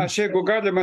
aš jeigu galima